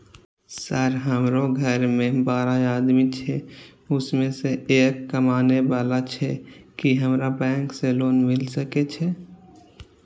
Sir हमरो घर में बारह आदमी छे उसमें एक कमाने वाला छे की हमरा बैंक से लोन मिल सके छे?